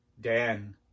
Dan